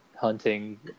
hunting